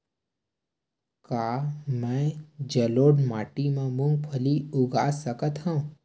का मैं जलोढ़ माटी म मूंगफली उगा सकत हंव?